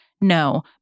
No